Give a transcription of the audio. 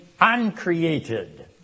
uncreated